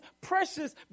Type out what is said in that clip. precious